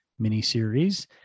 miniseries